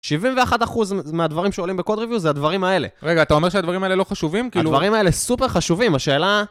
71% מהדברים שעולים בקוד ריוויוז זה הדברים האלה. רגע, אתה אומר שהדברים האלה לא חשובים? הדברים האלה סופר חשובים, השאלה...